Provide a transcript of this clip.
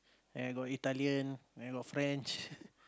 and got Italian and got French